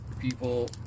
people